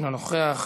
אינו נוכח,